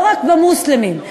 לא רק אצל המוסלמים,